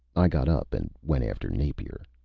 i got up and went after napier.